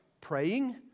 praying